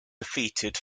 defeated